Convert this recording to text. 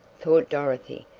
thought dorothy.